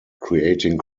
creating